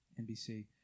NBC